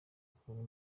ukuntu